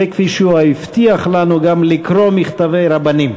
וכפי שהוא הבטיח לנו גם לקרוא מכתבי רבנים.